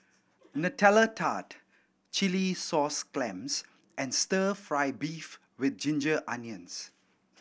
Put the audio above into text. Nutella Tart chilli sauce clams and Stir Fry beef with ginger onions